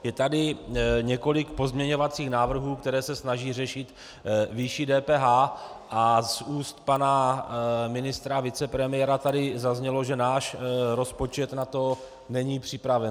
Je tady několik pozměňovacích návrhů, které se snaží řešit výši DPH, a z úst pana ministra a vicepremiéra tady zaznělo, že náš rozpočet na to není připraven.